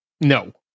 No